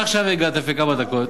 אתה עכשיו הגעת, לפני כמה דקות.